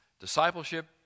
Discipleship